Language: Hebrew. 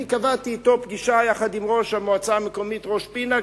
אני קבעתי אתו פגישה יחד עם ראש המועצה המקומית ראש-פינה,